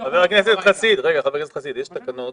חבר הכנסת חסיד, יש תקנות.